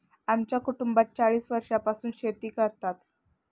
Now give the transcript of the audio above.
आमच्या कुटुंबात चाळीस वर्षांपासून शेती करतात